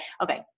Okay